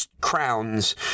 crowns